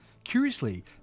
Curiously